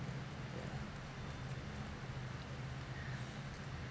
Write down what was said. yeah